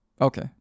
Okay